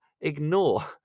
ignore